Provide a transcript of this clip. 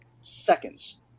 seconds